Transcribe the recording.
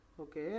Okay